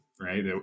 right